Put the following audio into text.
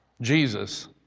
Jesus